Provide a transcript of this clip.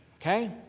okay